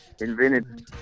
invented